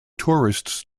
tourists